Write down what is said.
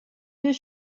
deux